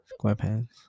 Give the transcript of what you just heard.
squarepants